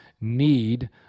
need